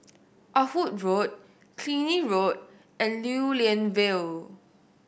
Ah Hood Road Killiney Road and Lew Lian Vale